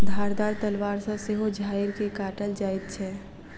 धारदार तलवार सॅ सेहो झाइड़ के काटल जाइत छै